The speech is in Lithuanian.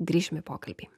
grįšim į pokalbį